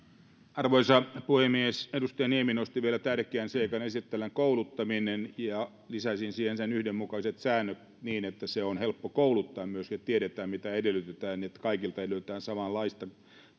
arvoisa puhemies edustaja niemi nosti vielä tärkeän seikan esille tällaisen kouluttamisen lisäisin siihen sen yhdenmukaiset säännöt niin että se on myös helppo kouluttaa että tiedetään mitä edellytetään että kaikilta edellytetään samanlaista